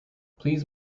please